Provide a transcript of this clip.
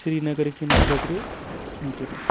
سریٖنگرٕکٮ۪ن خٲطرٕ کِہیٖنۍ تہِ نہٕ